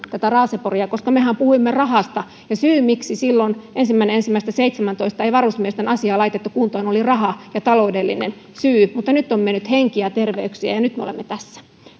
raaseporia koska mehän puhuimme rahasta syy miksi silloin ensimmäinen ensimmäistä seitsemäntoista ei varusmiesten asiaa laitettu kuntoon oli raha ja taloudellinen syy mutta nyt on mennyt henkiä ja terveyksiä ja nyt me olemme tässä